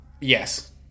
Yes